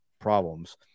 problems